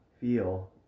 feel